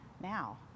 now